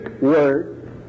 word